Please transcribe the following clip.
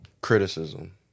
criticism